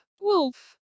Wolf